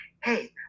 hey